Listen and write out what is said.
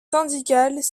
syndicales